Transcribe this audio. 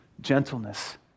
Gentleness